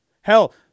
Hell